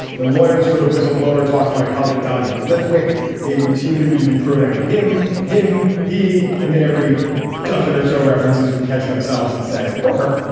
when lawyers for the whistleblower talked to my colleague dahlia lithwick they routinely use the pronoun him him. he and then every dozen or so references would catch themselves and say or her.